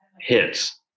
hits